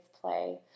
play